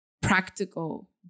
Practical